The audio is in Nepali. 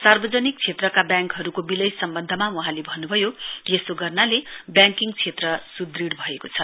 सार्वजनिक क्षेत्रका ब्याङकहरूको विनय सम्वन्धमा वहाँले भन्नुभयो यसो गर्नाले ब्याङ्किङ क्षेत्र सुदृढ़ भएको छ